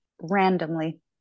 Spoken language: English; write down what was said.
randomly